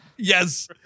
Yes